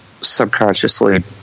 subconsciously